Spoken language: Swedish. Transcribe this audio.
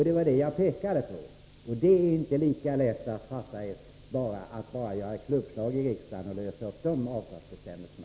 Det var detta jag pekade på, och det går inte att bara genom ett klubbslag här i riksdagen lösa upp de avtalsbestämmelserna.